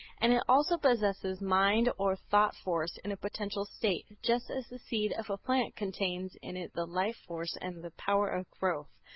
and it also possesses mind or thought-force in a potential state, just as the seed of a plant contains in it the life force and the power of growth.